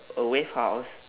a wave house